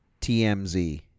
TMZ